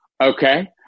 Okay